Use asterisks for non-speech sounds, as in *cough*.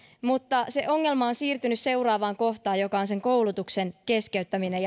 mutta se ongelma on siirtynyt seuraavaan kohtaan joka on koulutuksen keskeyttäminen *unintelligible*